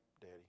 daddy